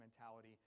mentality